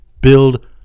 build